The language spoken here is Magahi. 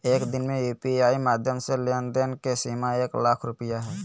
एक दिन में यू.पी.आई माध्यम से लेन देन के सीमा एक लाख रुपया हय